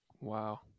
Wow